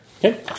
Okay